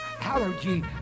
allergy